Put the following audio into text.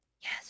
yes